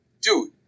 dude